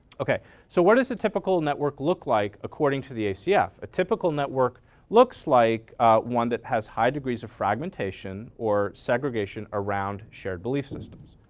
ok, so what does the typical network look like according to the acf? a typical network looks like one that has high degrees of fragmentation or segregation around shared belief systems.